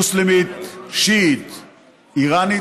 מוסלמית שיעית איראנית,